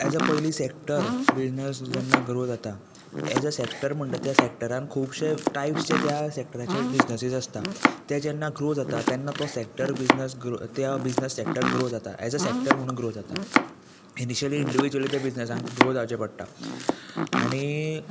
as a पयली sector business जेन्ना grow जाता एज अ सॅक्टर म्हणटा त्या सॅक्टरान खुबशे टायपचे त्या सॅक्टराचे बिजनसीस आसता ते जेन्ना ग्रो जाता तेन्ना तो सॅक्टर बिजनस ग्रो त्या बिजनस सॅक्टर ग्रो जाता एज अ सॅक्टर म्हुणू ग्रो जाता इनिशियली इंडिविज्वलच्या बिजनसांक ग्रो जावचें पडटा आनी